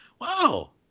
Wow